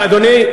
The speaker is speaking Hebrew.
אדוני,